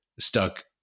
stuck